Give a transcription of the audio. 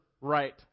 right